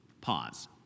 Pause